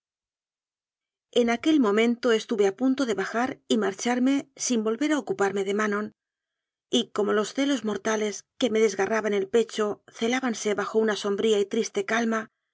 en aquel momento estuve a punto de bajar y marcharme sin volver a ocuparme de manon y como los celos mortales que me desgarraban el pecho celábanse bajo una sombría y triste calma